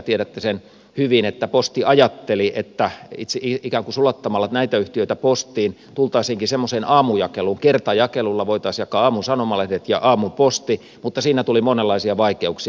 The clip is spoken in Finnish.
tiedätte sen hyvin että posti ajatteli että ikään kuin sulattamalla näitä yhtiöitä postiin tultaisiinkin semmoiseen aamujakeluun kertajakelulla voitaisiin jakaa aamun sanomalehdet ja aamun posti mutta siinä tuli monenlaisia vaikeuksia